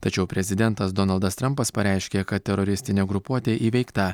tačiau prezidentas donaldas trampas pareiškė kad teroristinė grupuotė įveikta